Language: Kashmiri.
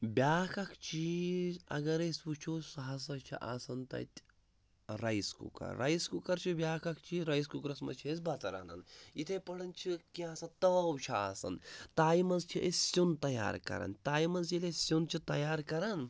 بیٛاکھ اَکھ چیٖز اگر أسۍ وٕچھو سُہ ہسا چھُ آسَان تَتہِ رایِس کُکَر رایِس کُکَر چھُ بیٛاکھ اَکھ چیٖز رایِس کُکرَس منٛز چھِ أسۍ بَتہٕ رَنان یِتھَے پٲٹھۍ چھِ کینٛہہ آسَان تٲو چھِ آسَان تاوِ منٛز چھِ أسۍ سیُن تیار کَرَان تایہِ منٛز ییٚلہِ أسۍ سیُن چھِ تیار کَرَان